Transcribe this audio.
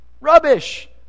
rubbish